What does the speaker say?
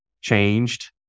changed